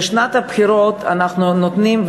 בשנת הבחירות אנחנו נותנים,